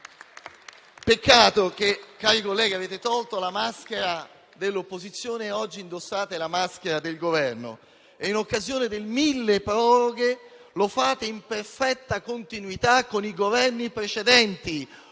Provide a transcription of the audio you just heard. Peccato che, cari colleghi, avete tolto la maschera dell'opposizione e oggi indossate la maschera del Governo e, in occasione del decreto-legge milleproroghe, lo fate in perfetta continuità con i Governi precedenti;